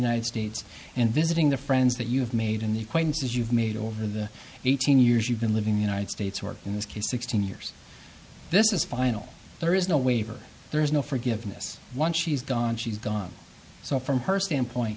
united states and visiting the friends that you have made in the equations as you've made over the eighteen years you've been living in united states or in this case sixteen years this is final there is no waiver there is no forgiveness once she's gone she's gone so from her standpoint